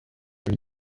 from